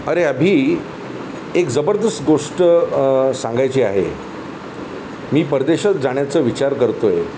अरे अभि एक जबरदस्त गोष्ट सांगायची आहे मी परदेशात जाण्याच विचार करतो आहे